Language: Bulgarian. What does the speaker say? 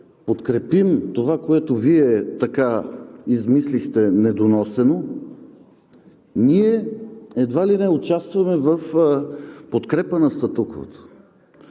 подкрепим това, което Вие така измислихте недоносено, ние едва ли не участваме в подкрепа на статуквото.